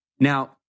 Now